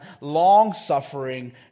long-suffering